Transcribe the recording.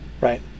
right